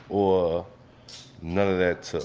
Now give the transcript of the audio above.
or none of that, to